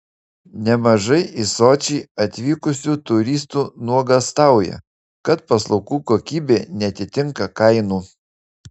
nemažai į sočį atvykusių turistų nuogąstauja kad paslaugų kokybė neatitinka kainų